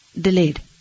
delayed